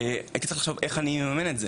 והייתי צריך לחשוב איך אני מממן את זה